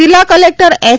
જીલ્લા collector H